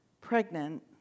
pregnant